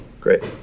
Great